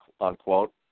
Unquote